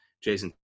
Jason